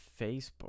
Facebook